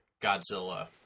Godzilla